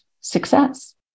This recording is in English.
success